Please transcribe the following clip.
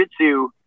jujitsu